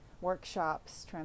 workshops